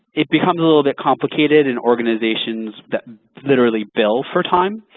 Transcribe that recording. it becomes a little bit complicated in organizations that literally bill for time.